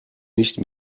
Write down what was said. nicht